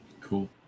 Cool